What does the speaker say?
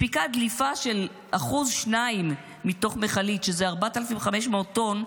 מספיקה דליפה של 1% 2% מתוך מכלית, שזה 4,500 טון,